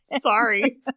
sorry